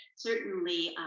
certainly,